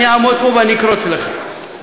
אני אעמוד פה ואני אקרוץ לך.